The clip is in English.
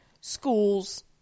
schools